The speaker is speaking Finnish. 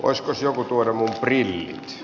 oisko joku tuo rummun kriisi i